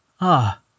Ah